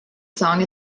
song